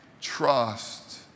trust